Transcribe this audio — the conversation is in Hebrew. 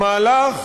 המהלך